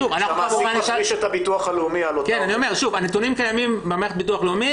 שהמעסיק --- הנתונים קיימים במערכת הביטוח הלאומי,